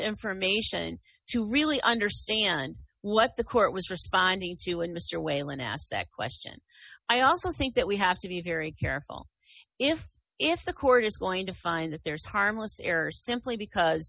information to really understand what the court was responding to and mr whalen asked that question i also think that we have to be very careful if if the court is going to find that there is harmless error simply because